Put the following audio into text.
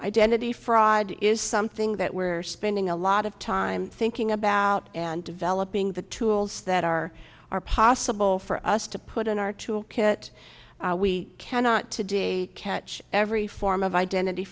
identity fraud is something that we're spending a lot of time thinking about and developing the tools that are are possible for us to put in our tool kit we cannot today catch every form of identity